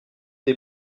des